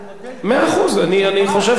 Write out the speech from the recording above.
אני חושב שאתה הצעת רעיון טוב,